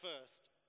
first